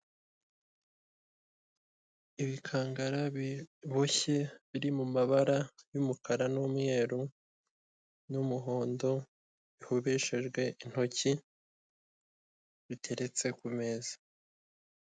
Ibikangara biboshye biri mu mabara y'umukara n'umweru n'umuhondo, biboheshejwe intoki, biteretse ku meza.